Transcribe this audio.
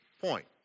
point